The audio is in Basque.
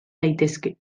daitezke